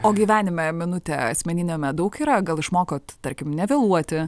o gyvenime minutė asmeniniame daug yra gal išmokot tarkim nevėluoti